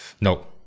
No